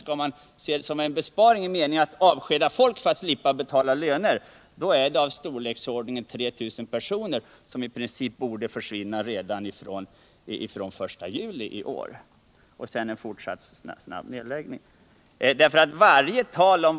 Skall man se det som en besparing i den meningen att man kan avskeda folk för att slippa betala löner betyder det en nedskärning i storleken 2 000 personer, som i princip bör försvinna redan från den 1 juli i år, och därefter måste göras en fortsatt snabb nedläggning.